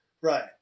Right